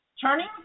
turning